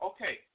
Okay